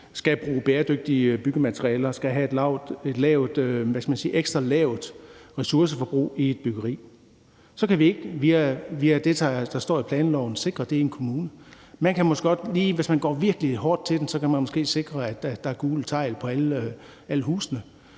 skal bruge bæredygtige byggematerialer og skal have et, hvad skal man sige, ekstra lavt ressourceforbrug i et byggeri; så kan vi ikke via det, der står i planloven, sikre det i en kommune. Man kan måske godt lige, hvis man går virkelig hårdt til den, sikre, at der er gule tegl på alle husene,